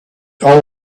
all